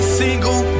single